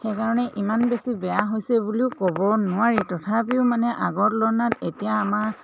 সেইকাৰণে ইমান বেছি বেয়া হৈছে বুলিও ক'ব নোৱাৰি তথাপিও মানে আগৰ তুলনাত এতিয়া আমাৰ